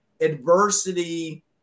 adversity